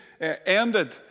ended